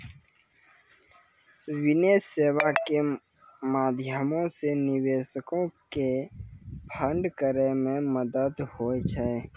निवेश सेबा के माध्यमो से निवेशको के फंड करै मे मदत होय छै